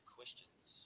questions